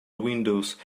windows